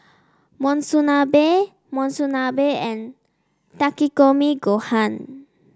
Monsunabe Monsunabe and Takikomi Gohan